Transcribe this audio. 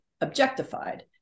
objectified